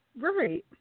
Right